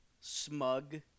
smug